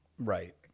Right